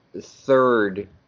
third